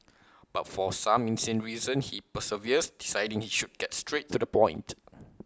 but for some insane reason he perseveres deciding he should get straight to the point